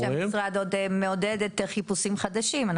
המשרד עוד מעודד חיפושים חדשים.